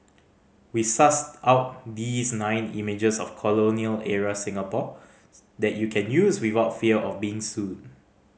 we sussed out these nine images of colonial era Singapore that you can use without fear of being sued